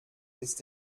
ist